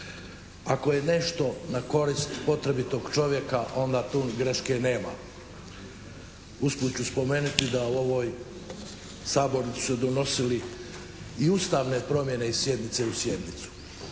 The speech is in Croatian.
Ako je nešto na korist potrebitog čovjeka, onda tu greške nema. Usput ću spomenuti da u ovoj sabornici su se donosili i ustavne promjene iz sjednice u sjednicu.